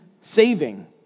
saving